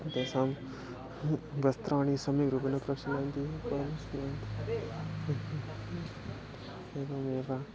तेषां वस्त्राणि सम्यग्रूपेण प्रक्षालयन्ति एवं एवमेव